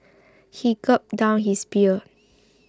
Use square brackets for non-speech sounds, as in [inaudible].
[noise] he gulped down his beer